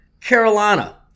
Carolina